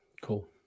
Cool